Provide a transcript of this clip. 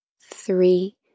three